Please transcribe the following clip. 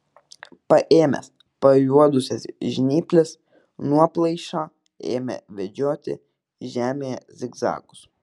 paėmęs pajuodusios žnyplės nuoplaišą ėmė vedžioti žemėje zigzagus